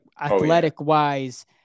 Athletic-wise